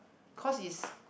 cause is